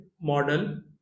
model